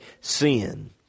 sin